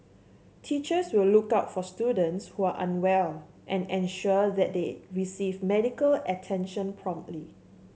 teachers will look out for students who are unwell and ensure that they receive medical attention promptly